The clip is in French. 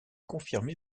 confirmé